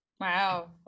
wow